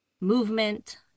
movement